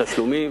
התשלומים,